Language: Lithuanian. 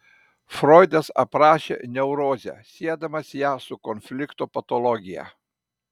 froidas aprašė neurozę siedamas ją su konflikto patologija